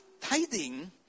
tithing